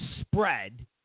spread